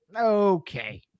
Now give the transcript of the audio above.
okay